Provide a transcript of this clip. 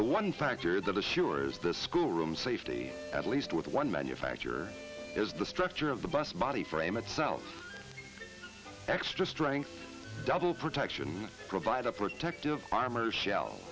the one factor that assures the school room safety at least with one manufacturer as the structure of the bus body frame itself extra strength double protection provide a protective armor shell